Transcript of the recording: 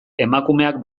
emakumeak